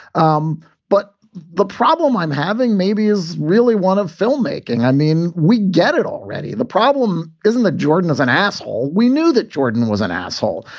um but the problem i'm having maybe is really one of filmmaking. i mean, we get it already. the problem isn't that jordan is an asshole. we knew that jordan was an asshole.